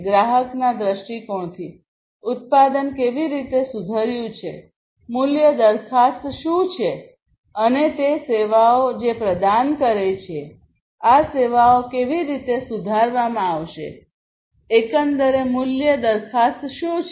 ગ્રાહકના દૃષ્ટિકોણથી ઉત્પાદન કેવી રીતે સુધર્યું છે મૂલ્ય દરખાસ્ત શું છે અને તે સેવાઓ જે પ્રદાન કરે છેઆ સેવાઓ કેવી રીતે સુધારવામાં આવશે એકંદરે મૂલ્ય દરખાસ્ત શું છે